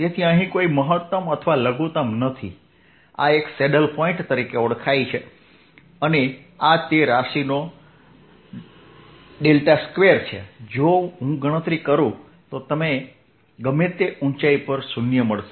તેથી અહીં કોઈ મહત્તમ અથવા લઘુત્તમ નથી આ એક સેડલ પોઇન્ટ તરીકે ઓળખાય છે અને આ તે રાશિનો ∇2 છે જો હું ગણતરી કરું તો ગમે તે ઊંચાઈ પર 0 હશે